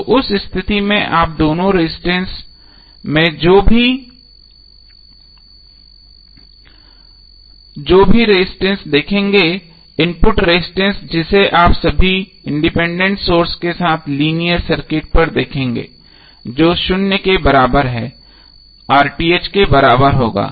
तो उस स्थिति में आप दोनों रजिस्टेंस में जो भी रजिस्टेंस देखेंगे इनपुट रजिस्टेंस जिसे आप सभी इंडिपेंडेंट सोर्सेस के साथ लीनियर सर्किट पर देखेंगे जो शून्य के बराबर हैं के बराबर होगा